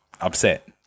upset